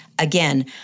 Again